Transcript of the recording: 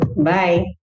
Bye